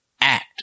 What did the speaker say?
act